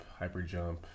HyperJump